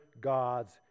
gods